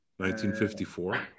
1954